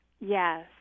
Yes